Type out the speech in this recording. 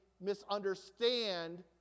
misunderstand